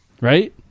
Right